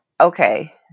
okay